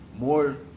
more